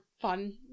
fun